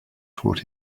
taught